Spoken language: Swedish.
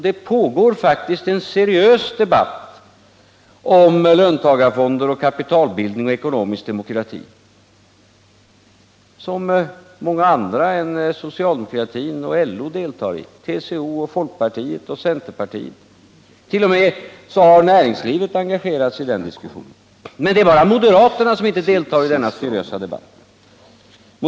Det pågår faktiskt en seriös debatt om löntagarfonder, kapitalbildning och ekonomisk demokrati, som många andra än socialdemokraterna och LO deltar i, t.ex. TCO, folkpartiet och centerpartiet. T. o. m. näringslivet har engagerat sig i den diskussionen. Men modera terna deltar inte i denna seriösa debatt.